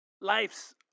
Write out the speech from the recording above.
Life's